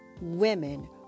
women